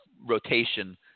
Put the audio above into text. rotation